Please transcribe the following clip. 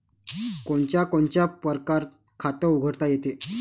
कोनच्या कोनच्या परकारं खात उघडता येते?